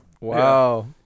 Wow